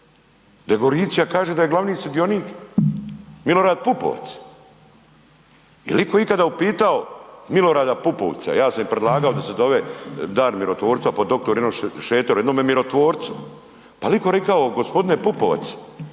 Degoricija kaže da je glavni sudionik Milorad Pupovac, jel itko ikada upitao Milorada Pupovca, ja sam i predlagao da se zove dan mirotvorstva po dr. Ivanu Šreteru, jednome mirotvorcu, pa jel itko rekao g. Pupovac,